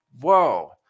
whoa